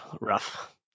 rough